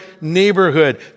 neighborhood